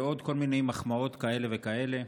ועוד כל מיני מחמאות כאלה וכאלה.